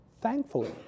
Thankfully